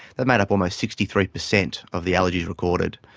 that made up almost sixty three percent of the allergies recorded.